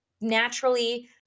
naturally